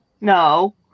No